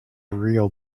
real